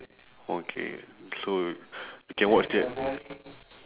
okay so you can watch that